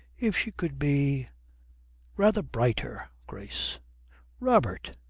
if she could be rather brighter, grace robert!